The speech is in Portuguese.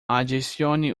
adicione